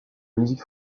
musique